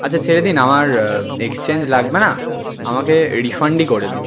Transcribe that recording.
আচ্ছা ছেড়ে দিন আমার এক্সচেঞ্জ লাগবে না আমাকে রিফাণ্ডই করে দিন